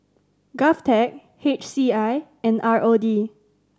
GovTech H C I and R O D